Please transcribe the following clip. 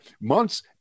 months